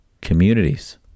communities